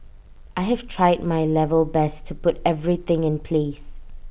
I have tried my level best to put everything in place